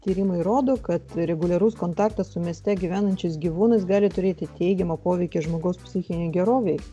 tyrimai rodo kad reguliarus kontaktas su mieste gyvenančiais gyvūnais gali turėti teigiamą poveikį žmogaus psichinei gerovei